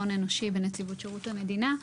רון אנושי בנציבות שירות המדינה.